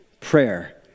prayer